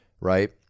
right